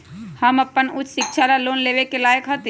हम अपन उच्च शिक्षा ला लोन लेवे के लायक हती?